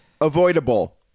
avoidable